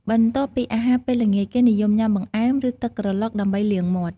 បន្ទាប់ពីអាហារពេលល្ងាច គេនិយមញាំ បង្អែម ឬ ទឹកក្រឡុក ដើម្បីលាងមាត់ ។